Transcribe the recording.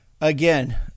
Again